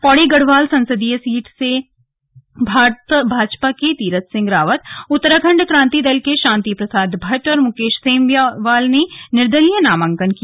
पौड़ी गढ़वाल संसदीय सीट के लिए भाजपा के तीरथ सिंह रावत उत्तराखंड क्रान्ति दल के शान्ति प्रसाद भट्ट और मुकेश सेमवाल ने निर्दलीय नामांकन किया